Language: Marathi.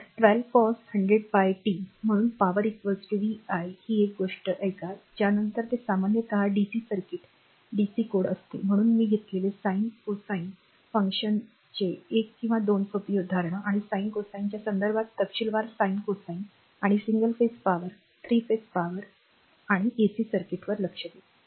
तर 12 cos 100πt म्हणून power p vi ही एक गोष्ट ऐका ज्या नंतर हे सामान्यतः DCडीसी सर्किट डीसी कोड असते परंतु मी घेतलेले sine cosineसाईन कोसाइन फंक्शनचे एक किंवा दोन सोपी उदाहरण आणि साइन कोसाइनच्या संदर्भात तपशीलवार साइन कोसाइन आणि single phase power 3 phase power तो एसी सर्किटवर येईल